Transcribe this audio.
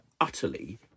utterly